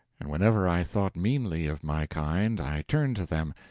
and whenever i thought meanly of my kind i turned to them,